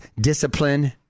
discipline